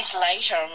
later